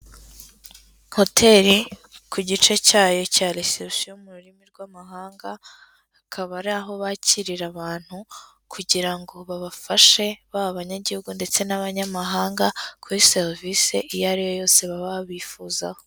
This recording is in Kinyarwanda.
Hoteri ku gice cyayo cya resebusiyo mu rurimi rw'amahanga, hakaba ari aho bakirira abantu kugira ngo babafashe, baba abanyagihugu ndetse n'abanyamahanga kuri serivisi iyo ari yo yose baba babifuzaho.